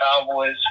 Cowboys